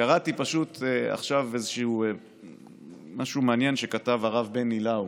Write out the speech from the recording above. פשוט קראתי עכשיו משהו מעניין שכתב הרב בני לאו,